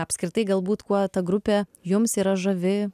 apskritai galbūt kuo ta grupė jums yra žavi